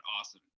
awesome